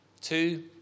Two